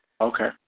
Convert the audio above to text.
Okay